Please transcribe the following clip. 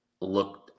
look –